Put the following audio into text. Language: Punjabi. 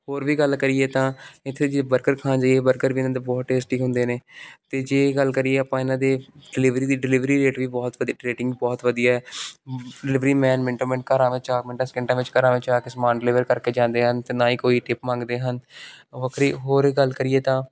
ਹੋਰ ਵੀ ਗੱਲ ਕਰੀਏ ਤਾਂ ਇੱਥੇ ਜੇ ਬਰਗਰ ਖਾਣ ਜਾਈਏ ਬਰਗਰ ਵੀ ਇਹਨਾਂ ਦੇ ਬਹੁਤ ਟੇਸਟੀ ਹੁੰਦੇ ਨੇ ਅਤੇ ਜੇ ਗੱਲ ਕਰੀਏ ਆਪਾਂ ਇਹਨਾਂ ਦੇ ਡਿਲੀਵਰੀ ਦੀ ਡਿਲੀਵਰੀ ਰੇਟ ਵੀ ਬਹੁਤ ਵਧੀਆ ਰੇਟਿੰਗ ਬਹੁਤ ਵਧੀਆ ਡਿਲੀਵਰੀ ਮੈਨ ਮਿੰਟੋ ਮਿੰਟ ਘਰਾਂ ਵਿੱਚ ਆ ਕੇ ਮਿੰਟਾਂ ਸਕਿੰਟਾਂ ਵਿੱਚ ਘਰਾਂ ਵਿੱਚ ਆ ਕੇ ਸਮਾਨ ਡਿਲੀਵਰ ਕਰਕੇ ਜਾਂਦੇ ਹਨ ਅਤੇ ਨਾ ਹੀ ਕੋਈ ਟਿਪ ਮੰਗਦੇ ਹਨ ਵੱਖਰੀ ਹੋਰ ਗੱਲ ਕਰੀਏ ਤਾਂ